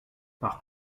par